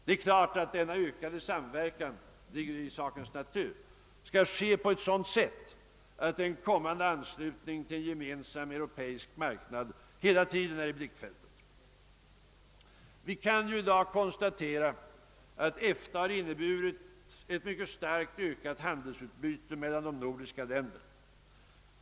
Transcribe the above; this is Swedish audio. Denna ökade samverkan bör givetvis — det ligger i sakens natur — ske på ett sådant sätt, att en kommande anslutning till en gemensam europeisk marknad hela tiden är i blickfältet. Vi kan i dag konstatera att EFTA har inneburit ett mycket starkt ökat handelsutbyte mellan de nordiska länderna.